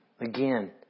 again